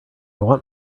want